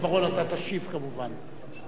כי לא רציתי להתערב.